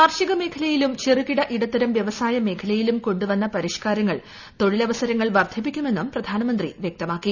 കാർഷിക മേഖലയിലും ചെറുകിട ഇടത്തരം വൃവസായ മേഖലയിലും കൊണ്ടു വന്ന പരിഷ്കാരങ്ങൾ തൊഴിലവസരങ്ങൾ വർദ്ധിപ്പിക്കുമെന്നും പ്രധാനമന്ത്രി വ്യക്തമാക്കി